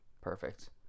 Perfect